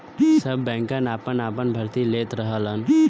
सब बैंकन आपन आपन भर्ती लेत रहलन